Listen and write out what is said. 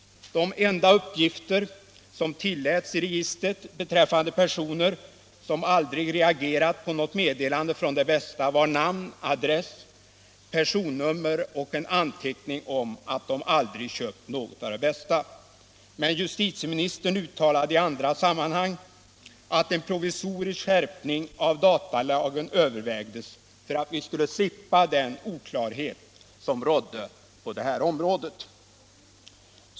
De enda uppgifter som tilläts i registret beträffande personer som aldrig reagerat på något meddelande från Det Bästa var namn, adress, personnummer och en anteckning om att de aldrig köpt något av Det Bästa. Justitieministern uttalade i andra sammanhang att en provisorisk skärpning av datalagen övervägdes för att vi skulle slippa den oklarhet som rådde på detta område.